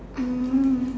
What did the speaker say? um